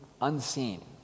unseen